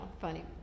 funny